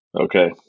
Okay